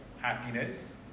happiness